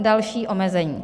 Další omezení.